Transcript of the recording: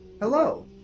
Hello